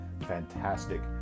fantastic